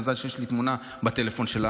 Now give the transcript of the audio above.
מזל שיש לי תמונה שלה בטלפון.